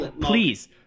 please